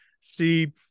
see